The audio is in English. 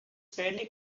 fairly